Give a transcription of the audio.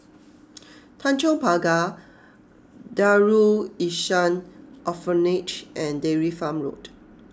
Tanjong Pagar Darul Ihsan Orphanage and Dairy Farm Road